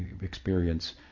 experience